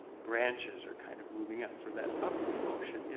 branches are kind of moving up, so that up motion, you